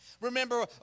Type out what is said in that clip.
Remember